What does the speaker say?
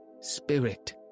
Spirit